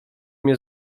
mnie